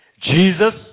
Jesus